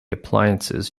appliances